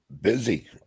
Busy